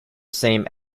same